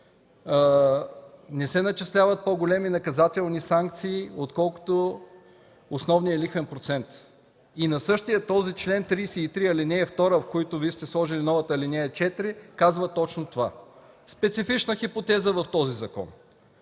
не се начисляват по-големи наказателни санкции, отколкото основният лихвен процент. Същият член – 33, ал. 2, в който Вие сте сложили новата ал. 4, казва точно това. Специфична хипотеза в този закон.